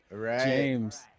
James